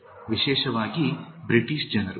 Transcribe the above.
ವಿಶೇಷವಾಗಿ ಬ್ರಿಟಿಷ್ ಜನರು